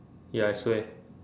ya I swear